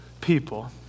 people